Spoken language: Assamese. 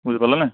বুজি পালেনে